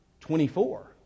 24